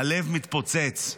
הלב מתפוצץ.